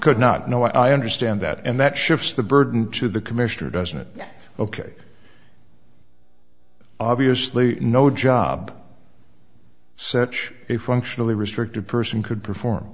could not know i understand that and that shifts the burden to the commissioner doesn't it ok obviously no job such a functionally restricted person could perform